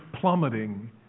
plummeting